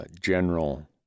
general